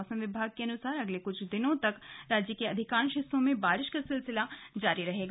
मौसम विभाग के अनुसार अगले कुछ दिनों तक राज्य के अधिकांश हिस्सों में बारिश का सिलसिला जारी रहेगा